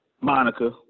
Monica